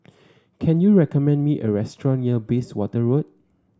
can you recommend me a restaurant near Bayswater Road